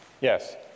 Yes